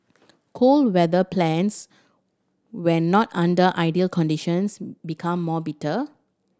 cold weather plants when not under ideal conditions become more bitter